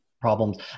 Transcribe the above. problems